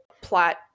plot